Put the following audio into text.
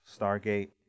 Stargate